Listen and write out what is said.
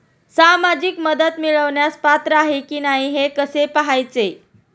सामाजिक मदत मिळवण्यास पात्र आहे की नाही हे कसे पाहायचे?